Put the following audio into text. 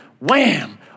wham